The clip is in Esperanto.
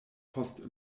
post